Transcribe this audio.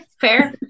fair